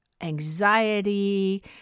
anxiety